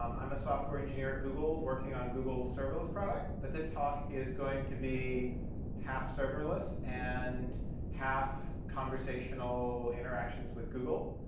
um i'm a software engineer at google working on google's serverless product. but this talk is going to be half serverless and half conversational interactions with google.